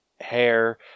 hair